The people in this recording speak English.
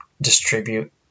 distribute